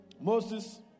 Moses